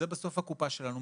זה בסוף הקופה שלנו.